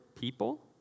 people